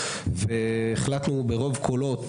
והחלטנו ברוב קולות,